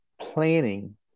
planning